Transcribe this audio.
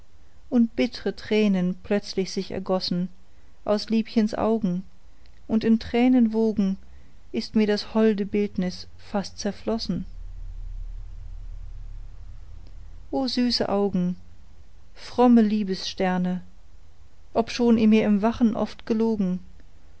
und bittre tränen plötzlich sich ergossen aus liebchens augen und in tränenwogen ist mir das holde bildnis fast zerflossen o süße augen fromme liebessterne obschon ihr mir im wachen oft gelogen